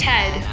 Ted